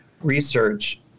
research